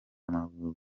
amavunja